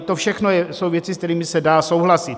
To všechno jsou věci, se kterými se dá souhlasit.